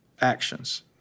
actions